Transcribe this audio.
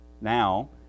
now